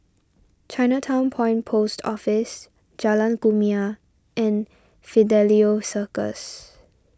Chinatown Point Post Office Jalan Kumia and Fidelio Circus